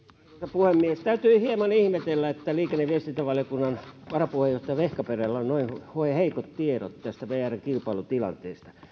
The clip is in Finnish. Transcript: puhemies täytyy hieman ihmetellä että liikenne ja viestintävaliokunnan varapuheenjohtaja vehkaperällä on noin heikot tiedot vrn kilpailutilanteesta